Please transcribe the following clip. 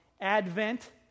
Advent